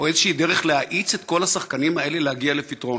או איזושהי דרך להאיץ את כל השחקנים האלה להגיע לפתרון,